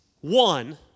one